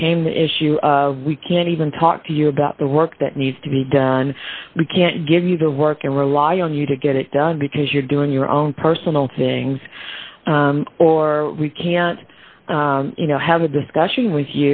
became an issue we can't even talk to you about the work that needs to be done we can't give you the work and rely on you to get it done because you're doing your own personal things or we can't have a discussion with